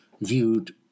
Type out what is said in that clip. viewed